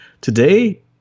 today